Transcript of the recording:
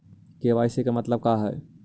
KYC के मतलब का हई?